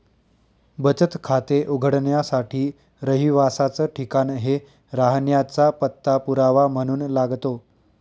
बचत खाते उघडण्यासाठी रहिवासाच ठिकाण हे राहण्याचा पत्ता पुरावा म्हणून लागतो